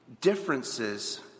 differences